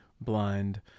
blind